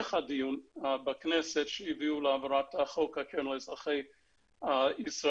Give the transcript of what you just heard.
בהמשך הדיון בכנסת שהביאו להעברת חוק הקרן לאזרחי ישראל